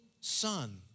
son